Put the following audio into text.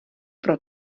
pro